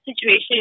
situation